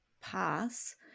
pass